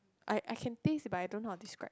I I can taste but I don't know how to describe